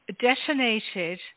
detonated